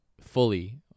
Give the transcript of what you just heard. fully